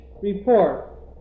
report